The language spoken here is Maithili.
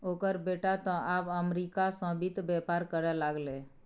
ओकर बेटा तँ आब अमरीका सँ वित्त बेपार करय लागलै